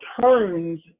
turns